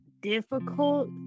difficult